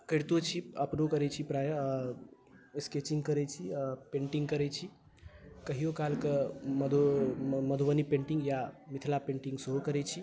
करितो छी आ अपने करैत छी प्राय आ स्केचिंग करैत छी आ पेंटिंग करैत छी कहियो कालके मधु मधुबनी पेन्टिंग या मिथिला पेन्टिंग सेहो करैत छी